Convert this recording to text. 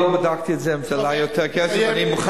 אני לא בדקתי את זה, אם זה עלה יותר כסף.